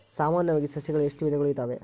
ಸಾಮಾನ್ಯವಾಗಿ ಸಸಿಗಳಲ್ಲಿ ಎಷ್ಟು ವಿಧಗಳು ಇದಾವೆ?